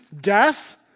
death